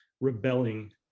rebelling